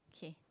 okay